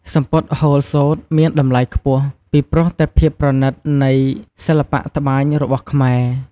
សំពត់ហូលសូត្រមានតម្លៃខ្ពស់ ពីព្រោះតែភាពប្រណិតនៃសិល្បៈត្បាញរបស់ខ្មែរ។